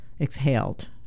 exhaled